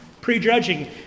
prejudging